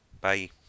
Bye